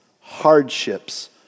hardships